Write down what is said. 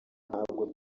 ntabwo